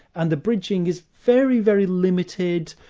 and the bridging is very, very limited,